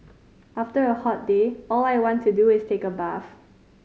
after a hot day all I want to do is take a bath